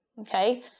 okay